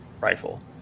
rifle